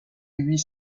huit